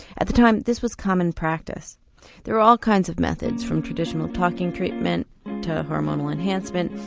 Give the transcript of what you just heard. at the time this was common practice there are all kinds of methods from traditional talking treatment to hormonal enhancements,